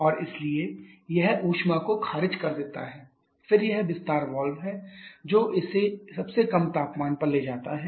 और इसलिए यह ऊष्मा को खारिज कर देता है फिर यह विस्तार वाल्व है जो इसे सबसे कम संभव तापमान पर ले जाता है